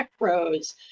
macros